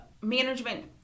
management